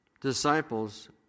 disciples